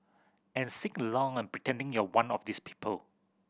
and sing along and pretending you're one of these people